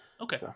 okay